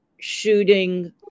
shooting